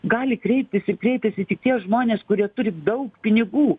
gali kreiptis ir kreipiasi tik tie žmonės kurie turi daug pinigų